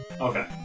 Okay